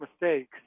mistakes